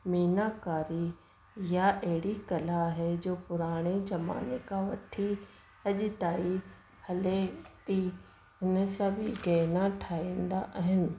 मीनाकारी इहा अहिड़ी कला आहे जो पुराणे ज़माने खां वठी अॼु ताईं हले थी हिन सां बि गहना ठाहींदा आहिनि